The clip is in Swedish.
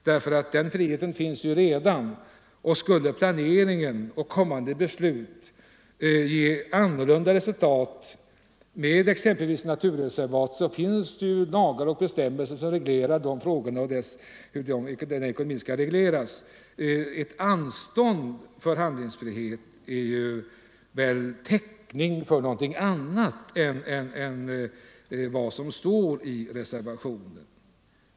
Friheten att planera finns ju redan, och skulle planeringen och kommande beslut ge ett annat resultat exempelvis i fråga om naturreservat så finns det ju bestämmelser om hur de ekonomiska frågorna i så fall skall regleras. Ett anstånd för handlingsfrihet är väl täckning för någonting annat än vad som står i reservationen.